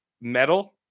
metal